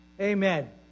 Amen